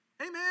Amen